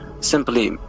Simply